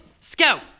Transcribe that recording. Scout